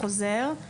הוא חוזר,